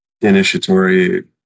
initiatory